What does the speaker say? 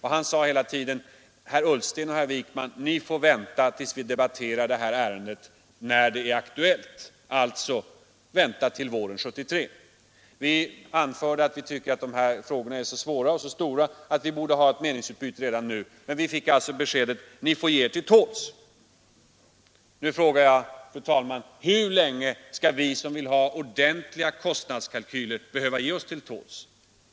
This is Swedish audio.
Han sade hela tiden: ”Herr Ullsten och herr Wijkman får vänta till dess ärendet blir aktuellt, dvs. till våren 1973.” Vi anförde att de här frågorna var så svåra och stora att vi borde ha fått ett meningsutbyte redan då, men vi fick alltså beskedet att vi måste ge oss till tåls. Nu frågar jag, fru talman, hur länge skall vi som vill ha ordentliga kostnadskalkyler behöva ge oss till tåls?